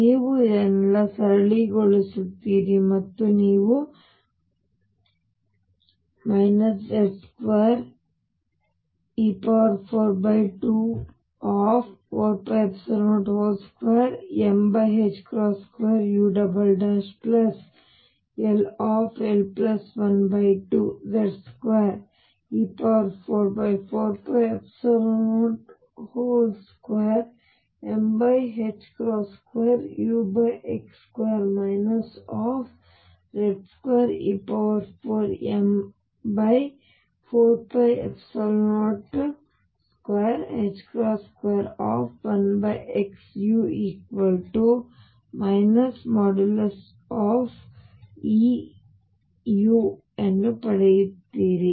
ನೀವು ಇದನ್ನೆಲ್ಲ ಸರಳಗೊಳಿಸುತ್ತೀರಿ ಮತ್ತು ನೀವು Z2e424π02m2ull12Z2e44π02m2ux2 Z2e4m4π0221xu |E|u ಪಡೆಯುತ್ತೀರಿ